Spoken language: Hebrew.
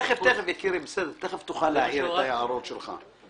תיכף תוכל להעיר את ההערות שלך.